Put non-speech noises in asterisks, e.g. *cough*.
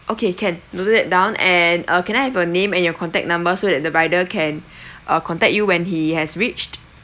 okay can noted that down and uh can I have your name and your contact number so that the rider can *breath* uh contact you when he has reached